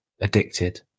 addicted